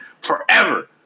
forever